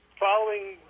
Following